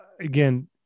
again